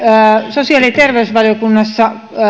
sosiaali ja terveysvaliokunnassa